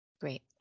great